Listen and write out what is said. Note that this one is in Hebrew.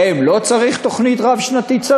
להם לא צריך תוכנית רב-שנתית?